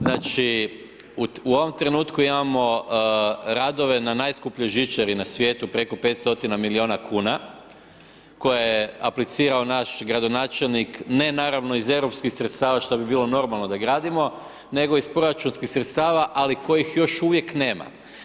Znači, u ovom trenutku imamo radove na najskupljoj žičari na svijetu, preko 500 milijuna kuna koju je aplicirao naš gradonačelnik, ne naravno iz europskih sredstava, što bi bilo normalno da gradimo, nego iz proračunskih sredstava, ali kojih još uvijek nema.